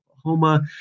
Oklahoma